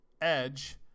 Edge